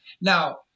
Now